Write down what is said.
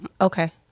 Okay